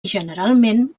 generalment